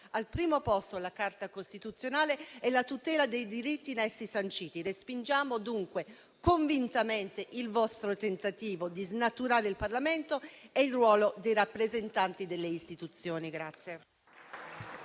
al primo posto la Carta costituzionale e la tutela dei diritti in essa sanciti. Respingiamo dunque convintamente il vostro tentativo di snaturare il Parlamento e il ruolo dei rappresentanti delle istituzioni.